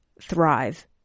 thrive